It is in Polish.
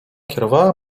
kierowała